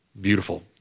Beautiful